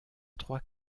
trois